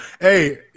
hey